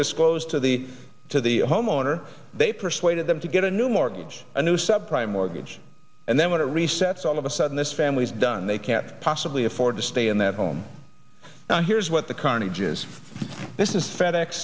disclosed to the to the homeowner they persuaded them to get a new mortgage a new sub prime mortgage and then when it resets all of a sudden this family's done they can't possibly afford to stay in that home now here's what the carnage is this is fed ex